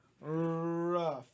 rough